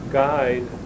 guide